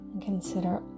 consider